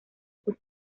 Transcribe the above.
sus